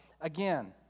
again